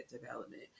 development